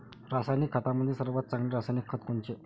रासायनिक खतामंदी सर्वात चांगले रासायनिक खत कोनचे?